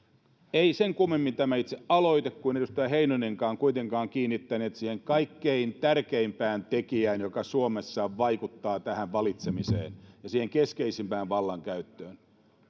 ei sen kummemmin tämä itse aloite kuin edustaja heinonenkaan kuitenkaan kiinnittänyt huomiota siihen kaikkein tärkeimpään tekijään joka suomessa vaikuttaa valitsemiseen ja keskeisimpään vallankäyttöön